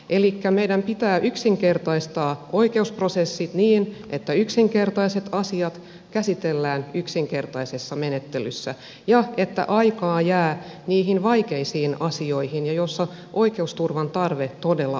elikkä meidän pitää yksinkertaistaa oikeusprosessit niin että yksinkertaiset asiat käsitellään yksinkertaisessa menettelyssä ja että aikaa jää niihin vaikeisiin asioihin joissa oikeusturvan tarve todella on korkea